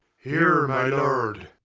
here, my lord.